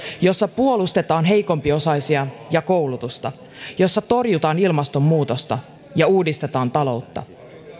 jossa puolustetaan heikompiosaisia ja koulutusta jossa torjutaan ilmastonmuutosta ja uudistetaan taloutta